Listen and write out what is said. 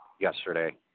yesterday